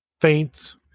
faints